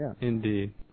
Indeed